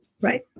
Right